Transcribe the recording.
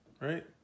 right